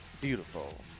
Beautiful